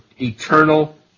eternal